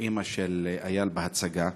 אימא של אייל, בהצגה.